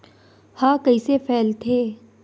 ह कइसे फैलथे?